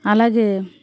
అలాగే